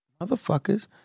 motherfuckers